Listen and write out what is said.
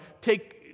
take